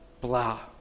blah